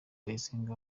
ndayisenga